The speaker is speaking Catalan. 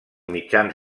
mitjans